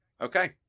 Okay